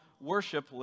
Worship